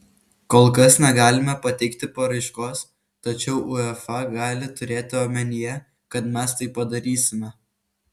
kol kas negalime pateikti paraiškos tačiau uefa gali turėti omenyje kad mes tai padarysime